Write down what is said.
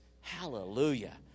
hallelujah